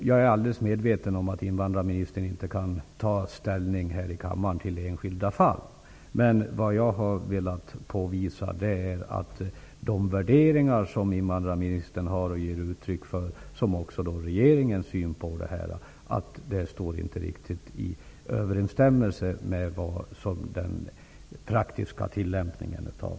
Herr talman! Jag är helt medveten om att invandrarministern inte här i kammaren kan ta ställning till enskilda fall, men vad jag har velat påvisa är att de värderingar som invandrarministern ger uttryck för som regeringens syn inte riktigt står i överensstämmelse med den praktiska tillämpningen.